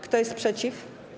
Kto jest przeciw?